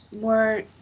more